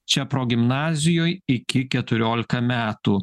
čia progimnazijoj iki keturiolika metų